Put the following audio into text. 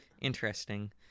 interesting